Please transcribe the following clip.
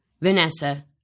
Vanessa